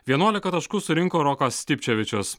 vienuoliką taškų surinko rokas stipčevičius